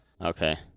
Okay